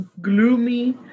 gloomy